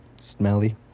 smelly